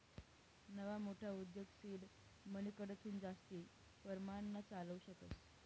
नवा मोठा उद्योग सीड मनीकडथून जास्ती परमाणमा चालावू शकतस